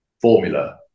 formula